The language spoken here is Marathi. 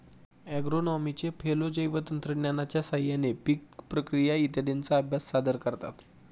ॲग्रोनॉमीचे फेलो जैवतंत्रज्ञानाच्या साहाय्याने पीक प्रक्रिया इत्यादींचा अभ्यास सादर करतात